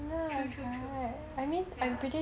true true true ya